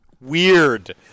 Weird